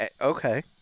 Okay